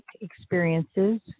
experiences